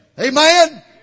Amen